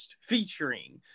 featuring